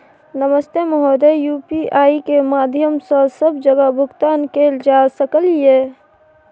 नमस्ते महोदय, यु.पी.आई के माध्यम सं सब जगह भुगतान कैल जाए सकल ये?